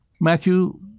Matthew